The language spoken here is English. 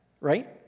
right